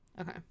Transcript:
okay